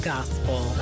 Gospel